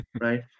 right